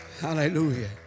Hallelujah